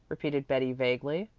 repeated betty vaguely.